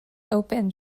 open